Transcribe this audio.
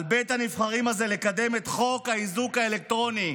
על בית הנבחרים הזה לקדם את חוק האיזוק האלקטרוני,